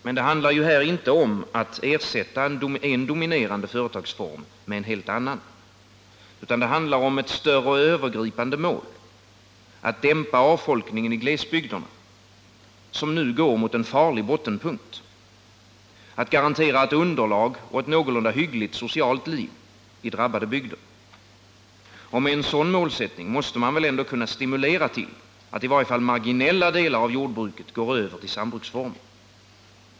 Men det handlar här inte om att ersätta en dominerande företagsform med en helt annan, utan det rör sig om ett större och övergripande mål: att dämpa avfolkningen i glesbygderna, som nu går mot en farlig bottenpunkt, att garantera ett underlag och ett någorlunda hyggligt socialt liv i drabbade bygder. Och med en sådan målsättning måste man väl ändå kunna stimulera till att i varje fall marginella delar av jordbruket går över till sambruksformer.